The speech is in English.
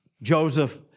Joseph